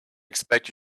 expect